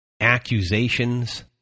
accusations